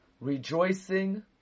rejoicing